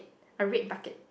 a red bucket